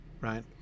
right